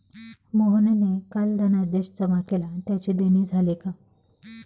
मोहनने काल धनादेश जमा केला त्याचे देणे झाले का?